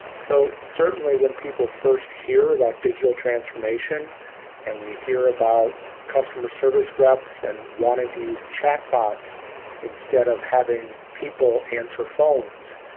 so certainly when people first hear about digital transformation and we hear about customer service reps and wanting to use chat bots instead of having people answer phones,